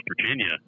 Virginia